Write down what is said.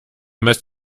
must